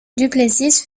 duplessis